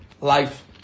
life